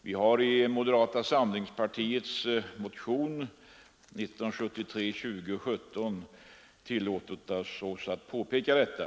Vi har i moderata samlingspartiets motion nr 2017 tillåtit oss att påpeka detta.